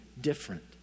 different